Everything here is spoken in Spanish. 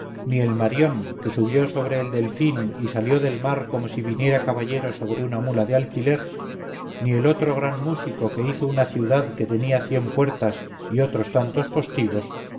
ni el marión que subió sobre el delfín y salió del mar como si viniera caballero sobre una mula de alquiler ni el otro gran músico que hizo una ciudad que tenía cien puertas y otros tantos postigos